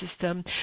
system